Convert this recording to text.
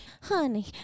Honey